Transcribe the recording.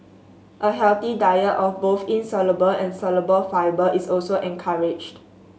a healthy diet of both insoluble and soluble fibre is also encouraged